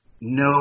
no